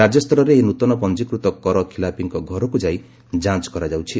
ରାଜ୍ୟ ସ୍ତରରେ ଏହି ନୂତନ ପଞ୍ଜିକୃତ କର ଖିଲାପିଙ୍କ ଘରକୁ ଯାଇ ଯାଞ୍ଚ କରାଯାଉଛି